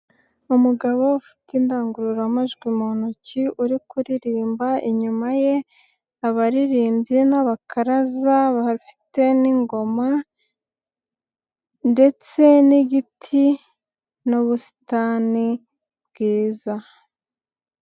Umugabo ufite indangururamajwi mu ntoki uri kuririmba inyuma ye, abaririmbyi n'abakaraza bafite n'ingoma, ndetse n'igiti, n'ubusitani, bwiza.